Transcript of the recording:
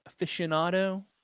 aficionado